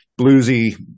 bluesy